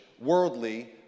worldly